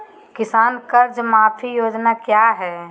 किसान कर्ज माफी योजना क्या है?